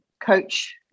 coach